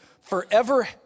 forever